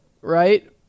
right